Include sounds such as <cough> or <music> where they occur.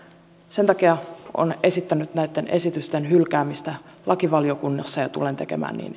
sen takia olen esittänyt näitten esitysten hylkäämistä lakivaliokunnassa ja tulen tekemään niin <unintelligible>